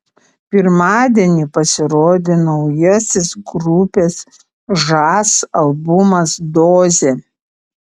pirmadienį pasirodė naujasis grupės žas albumas dozė